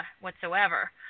whatsoever